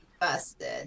Busted